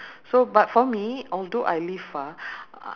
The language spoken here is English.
yes so and then uh